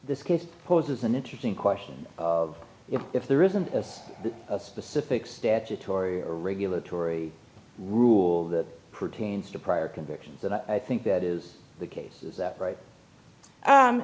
this case poses an interesting question of if if there isn't a specific statutory a regulatory rule that pertains to prior convictions that i think that is the case is that right